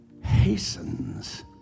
hastens